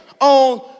on